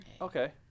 Okay